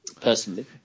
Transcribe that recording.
personally